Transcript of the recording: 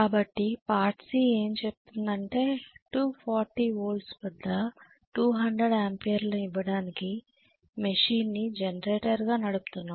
కాబట్టి part C ఏం చెప్తుందంటే 240 వోల్ట్ల వద్ద 200 ఆంపియర్లను ఇవ్వడానికి మెషిన్ని జనరేటర్గా నడుపుతున్నాం